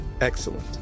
Excellent